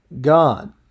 God